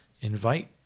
invite